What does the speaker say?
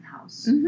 house